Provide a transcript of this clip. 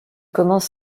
commence